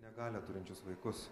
negalią turinčius vaikus